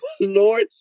Lord